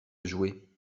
jouer